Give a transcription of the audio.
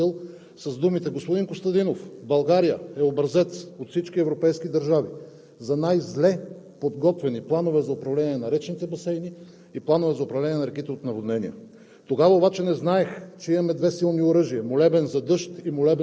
През 2013 г. бях посрещнат в Главна дирекция „Околна среда“ в Брюксел с думите: „Господин Костадинов, България е образец от всички европейски държави за най-зле подготвени планове за управление на речните басейни и планове за управление на реките от наводнения“.